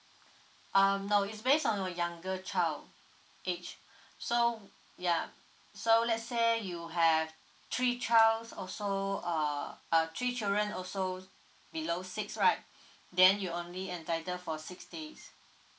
um no it's based on your younger child age so yeah so let's say you have three child also uh uh three children also below six right then you only entitle for six days